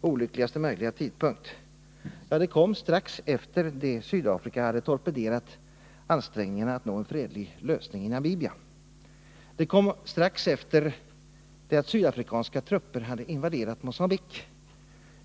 olyckligaste möjliga tidpunkt. Det kom nämligen strax efter det att Sydafrika hade torpederat ansträngningarna att nå en fredlig lösning i Namibia. Det kom strax efter det att sydafrikanska trupper hade invaderat Mogambique.